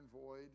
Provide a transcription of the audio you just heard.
void